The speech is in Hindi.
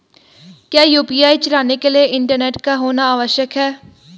क्या यु.पी.आई चलाने के लिए इंटरनेट का होना आवश्यक है?